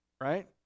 right